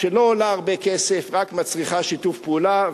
שלא עולה הרבה כסף ורק מצריכה שיתוף פעולה.